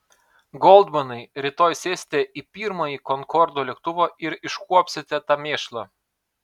goldmanai rytoj sėsite į pirmąjį konkordo lėktuvą ir iškuopsite tą mėšlą